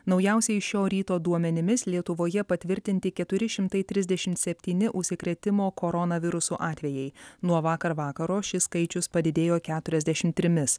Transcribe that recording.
naujausiais šio ryto duomenimis lietuvoje patvirtinti keturi šimtai trisdešimt septyni užsikrėtimo koronavirusu atvejai nuo vakar vakaro šis skaičius padidėjo keturiasdešimt trimis